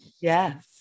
Yes